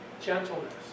Gentleness